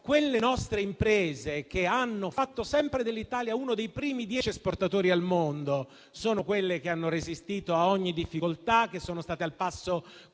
le nostre imprese, che hanno fatto sempre dell'Italia uno dei primi dieci esportatori al mondo, hanno resistito a ogni difficoltà, sono state al passo